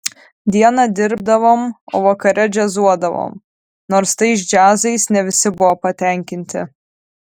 dieną dirbdavom o vakare džiazuodavom nors tais džiazais ne visi buvo patenkinti